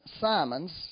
Simon's